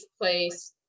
place